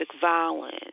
violence